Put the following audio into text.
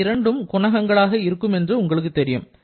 இந்த இரண்டும் குணகங்களாக இருக்கும் என்று உங்களுக்கு தெரியும்